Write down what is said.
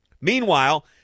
Meanwhile